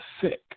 sick